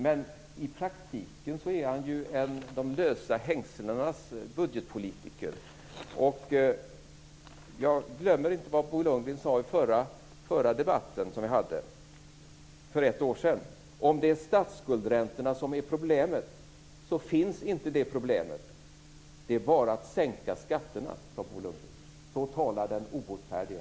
Men i praktiken är han ju en de lösa hängslenas budgetpolitiker. Jag glömmer inte vad Bo Lundgren sade i den förra debatten, som vi hade för ett år sedan. Han sade: Om det är statsskuldsräntorna som är problemet så finns inte det problemet. Det är bara att sänka skatterna! Så talar den obotfärdige.